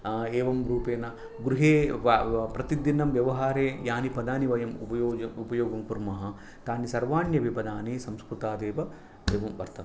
एवं रूपेण गृहे प्रतिदिनं व्यवहारे यानि पदानि वयम् उपयोज् उपयोगं कुर्मः तानि सर्वाण्यपि पदानि संस्कृतात् एव एवं वर्तन्ते